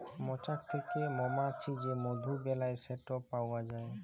মচাক থ্যাকে মমাছি যে মধু বেলায় সেট পাউয়া যায়